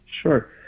sure